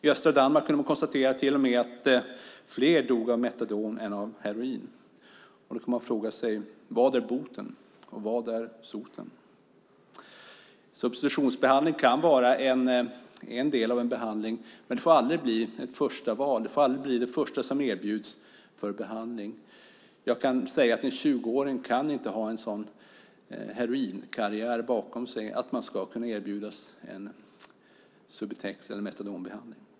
I östra Danmark kunde man till och med konstatera att fler dog av Metadon än av heroin. Då får man fråga sig: Vad är boten och vad är soten? Substitutionsbehandling kan vara del av en behandling, men det får aldrig vara ett förstaval och aldrig det första som erbjuds vid behandling. En 20-åring kan inte ha en sådan heroinkarriär bakom sig så att han eller hon ska erbjudas en Subutex eller Metadonbehandling.